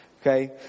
Okay